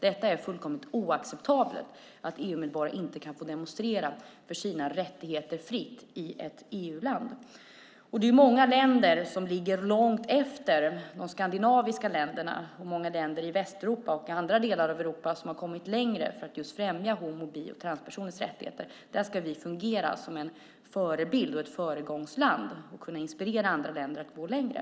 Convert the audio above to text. Det är fullkomligt oacceptabelt att medborgare i ett EU-land inte fritt får demonstrera för sina rättigheter. Många länder ligger långt efter de skandinaviska länderna. Både i Västeuropa och i andra delar av Europa har många länder inte kommit längre i främjandet av rättigheter för just homo och bisexuella samt transpersoner. Där ska vi fungera som förebild, som ett föregångsland, för att inspirera andra länder att gå längre.